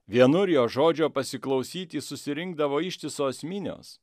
vienur jo žodžio pasiklausyti susirinkdavo ištisos minios